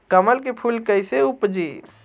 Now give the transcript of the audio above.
कमल के फूल कईसे उपजी?